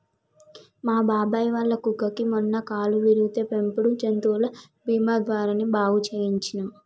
మా బాబాయ్ వాళ్ళ కుక్కకి మొన్న కాలు విరిగితే పెంపుడు జంతువుల బీమా ద్వారానే బాగు చేయించనం